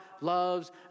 loves